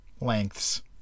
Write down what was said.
lengths